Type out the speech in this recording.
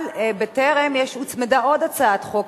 אבל הוצמדה עוד הצעת חוק,